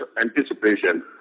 anticipation